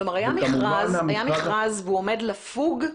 כלומר, היה מכרז ועומד לפוג תוקפו?